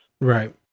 Right